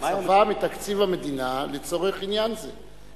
הקצבה מתקציב המדינה לצורך עניין זה.